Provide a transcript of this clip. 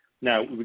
Now